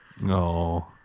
No